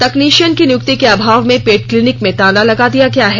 तकनीशियन की नियुक्ति के अभाव में पेट क्लिनीक में ताला लगा दिया गया है